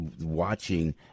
watching